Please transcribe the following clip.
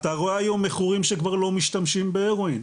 אתה רואה היום מכורים שכבר לא משתמשים בהרואין,